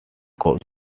coach